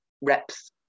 reps